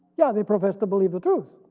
yeah they profess to believe the truth.